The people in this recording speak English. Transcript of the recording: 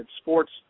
sports